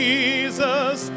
Jesus